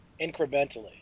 incrementally